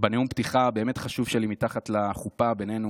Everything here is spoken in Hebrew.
בנאום הפתיחה הבאמת-חשוב שלי מתחת לחופה בינינו